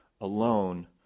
alone